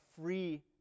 free